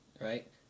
Right